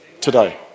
today